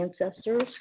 Ancestors